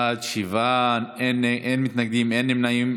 בעד, שבעה, אין מתנגדים, אין נמנעים.